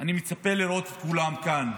אני מצפה לראות את כולם כאן,